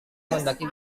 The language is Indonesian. mendaki